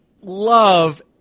love